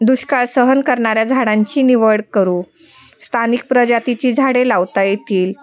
दुष्काळ सहन करणाऱ्या झाडांची निवड करू स्थानिक प्रजातीची झाडे लावता येतील